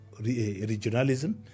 regionalism